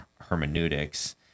hermeneutics